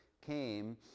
came